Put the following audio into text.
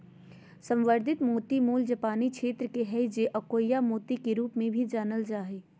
संवर्धित मोती मूल जापानी क्षेत्र के हइ जे कि अकोया मोती के रूप में भी जानल जा हइ